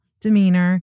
demeanor